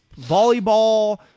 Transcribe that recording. volleyball